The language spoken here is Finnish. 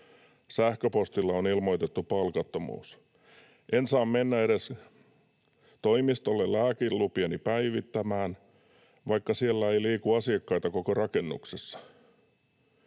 Sähköpostilla on ilmoitettu palkattomuus. En saa mennä edes toimistolle lääkelupiani päivittämään, vaikka siellä ei liiku asiakkaita koko rakennuksessa.